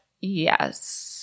yes